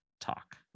Talk